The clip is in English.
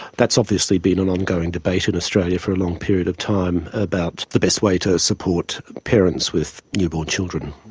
that's obviously been an ongoing debate in australia for a long period of time about the best way to support parents with newborn children,